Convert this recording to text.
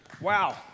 Wow